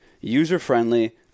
user-friendly